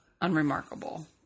unremarkable